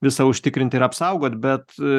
visą užtikrint ir apsaugot bet